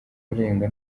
kurenga